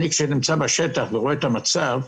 אני קצת נמצא בשטח ורואה את המצב.